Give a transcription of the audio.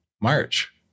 March